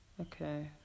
Okay